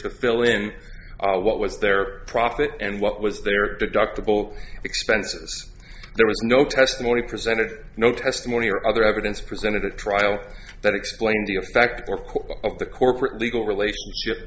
to fill in what was their profit and what was their deductible expenses there was no testimony presented no testimony or other evidence presented at trial that explain the effect or of the corporate legal relationship